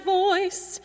voice